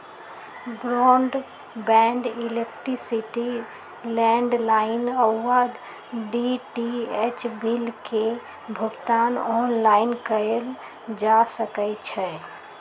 broadband, electricity, landline आऽ DTH bill के भुगतान ऑनलाइन कएल जा सकइ छै